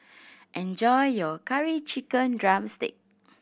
enjoy your Curry Chicken drumstick